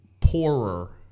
poorer